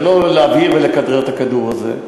ולא להעביר ולכדרר את הכדור הזה.